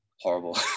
horrible